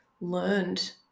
learned